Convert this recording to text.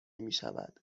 میشود